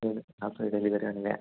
ഹ free delivery ആണല്ലേ